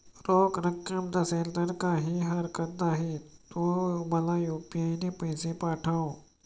रोख रक्कम नसेल तर काहीही हरकत नाही, तू मला यू.पी.आय ने पैसे पाठव